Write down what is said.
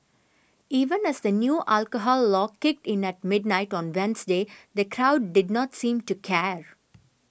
even as the new alcohol law kicked in at midnight on Wednesday the crowd did not seem to care